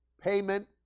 payment